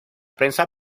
prensa